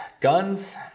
guns